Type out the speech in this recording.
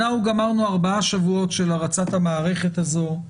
אנחנו גמרנו ארבעה שבועות של הרצת המערכת הזו,